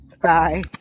Bye